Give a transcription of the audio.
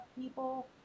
people